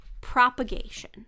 Propagation